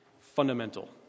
fundamental